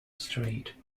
street